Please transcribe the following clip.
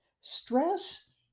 Stress